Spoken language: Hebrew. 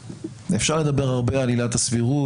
אפשר לדבר הרבה על עילת הסבירות,